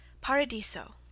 Paradiso